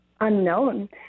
unknown